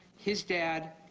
his dad,